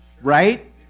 Right